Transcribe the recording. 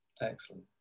Excellent